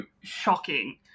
shocking